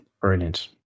Brilliant